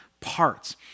parts